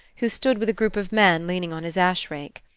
who stood with a group of men, leaning on his ash-rake.